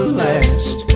last